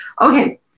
Okay